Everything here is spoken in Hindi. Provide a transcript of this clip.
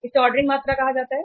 इसे ऑर्डरिंग मात्रा कहा जाता है